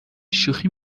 شوخی